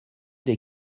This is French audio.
des